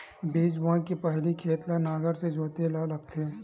बीज बोय के पहिली खेत ल नांगर से जोतेल लगथे?